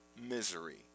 misery